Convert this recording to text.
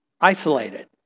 isolated